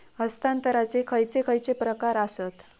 हस्तांतराचे खयचे खयचे प्रकार आसत?